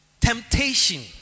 temptation